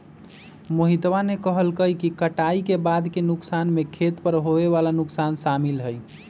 मोहितवा ने कहल कई कि कटाई के बाद के नुकसान में खेत पर होवे वाला नुकसान शामिल हई